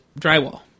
drywall